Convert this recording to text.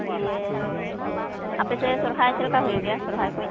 ᱫᱤᱭᱮ ᱟᱯᱮ ᱥᱮᱫ ᱥᱚᱦᱨᱟᱭ ᱪᱮᱫᱞᱮᱠᱟ ᱦᱩᱭᱩᱜ ᱜᱮᱭᱟ ᱥᱚᱦᱨᱟᱭ ᱠᱚ